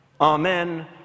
Amen